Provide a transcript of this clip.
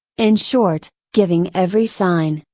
in short, giving every sign,